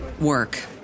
work